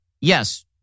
yes